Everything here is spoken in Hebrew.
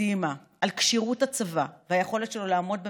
קדימה על כשירות הצבא והיכולת שלו לעמוד במשימותיו,